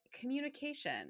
communication